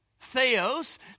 Theos